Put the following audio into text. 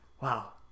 Wow